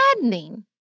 maddening